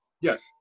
yes